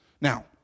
Now